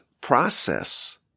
process